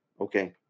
Okay